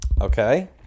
Okay